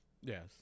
Yes